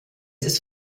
ist